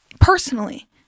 personally